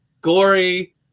gory